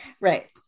Right